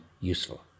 useful